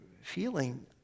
feeling